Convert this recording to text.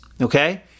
okay